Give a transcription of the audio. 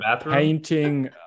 painting